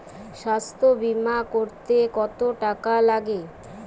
স্বাস্থ্যবীমা করতে কত টাকা লাগে?